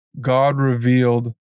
God-revealed